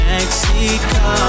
Mexico